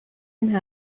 این